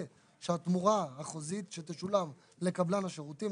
שהתמורה החוזית שתשולם לקבלן השירותים,